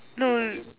no